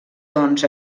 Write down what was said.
dons